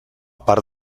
part